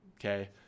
Okay